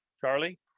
Charlie